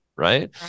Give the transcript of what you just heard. Right